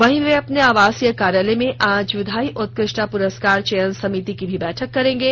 वहीं वे अपने आवासीय कार्यालय में आज विधायी उत्कृष्टता पुरस्कार चयन समिति की भी बैठक करेंगे